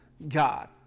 God